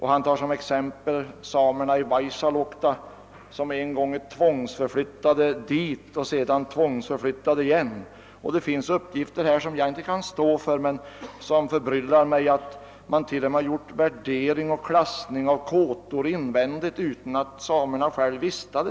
Han tog som exempel samerna i Vaisaluokta, som en gång blev tvångsförflyttade dit och sedan tvångsförflyttades på nytt. I den artikeln finns det uppgifter som jag inte kan stå för men som förbryllar mig, t.ex. att man gjort värdering och klassning av en del kåtor, t.o.m. invändigt, när samerna själva har varit frånvarande.